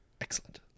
Excellent